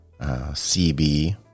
CB